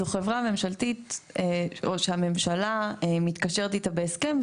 זו חברה ממשלתית או שהממשלה מתקשרת איתה בהסכם,